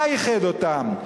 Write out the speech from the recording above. מה איחד אותם?